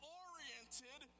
oriented